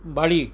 বাড়ি